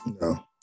No